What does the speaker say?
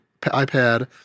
ipad